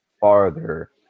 farther